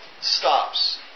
stops